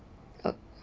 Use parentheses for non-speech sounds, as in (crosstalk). (noise)